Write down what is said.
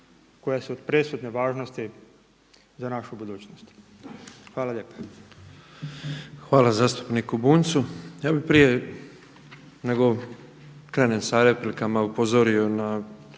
koja su od presudne važnosti za našu budućnost. Hvala lijepa. **Petrov, Božo (MOST)** Hvala zastupniku Bunjcu. Ja bih prije nego krenem sa replikama upozorio na